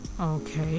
okay